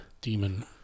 Demon